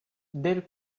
del